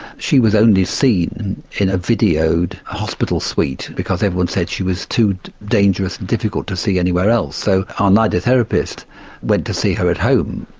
she was only seen in a videoed hospital suite because everyone said she was too dangerous and difficult to see anywhere else. so our nidotherapist went to see her at home,